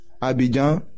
Abidjan